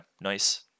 nice